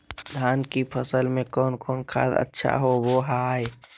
धान की फ़सल में कौन कौन खाद अच्छा होबो हाय?